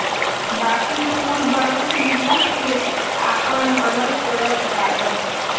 बाकी कुल बैंक मिला के आपन अलग करत बाड़न